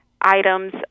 items